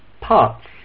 parts